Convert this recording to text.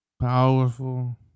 Powerful